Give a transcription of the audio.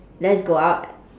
let's go out